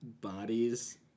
bodies